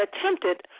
attempted